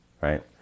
right